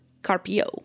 Carpio